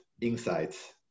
insights